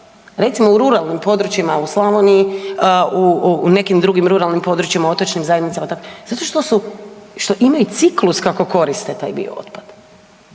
Recimo, u ruralnim područjima u Slavoniji, u nekim drugim ruralnim područjima, otočnim zajednicama, i tako, zato što su, što imaju ciklus kako koriste taj dio otpada,